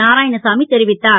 நாராயணசாமி தெரிவித்தார்